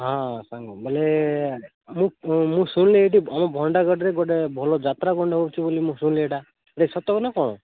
ହଁ ସାଙ୍ଗ ବୋଲେ ମୁଇଁ ମୁଁ ଶୁଣଲି ଏଠି ଆମ ବଣ୍ଡାଗଡ଼ରେ ଗୋଟେ ଭଲ ଯାତ୍ରା କ'ଣଟେ ହେଉଛି ମୁଁ ଶୁଣିଲି ଏଇଟା ଏଇଟା ସତରେ ନା କ'ଣ